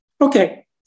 Okay